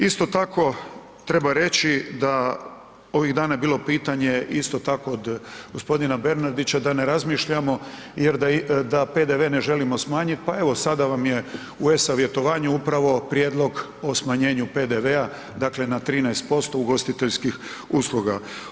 Isto tako treba reći da ovih dana je bilo pitanje isto tako od gospodina Bernardića da ne razmišljamo da PDV ne želimo smanjiti, pa evo sada vam je u e-Savjetovanju upravo prijedlog o smanjenju PDV-a na 13% ugostiteljskih usluga.